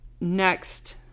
Next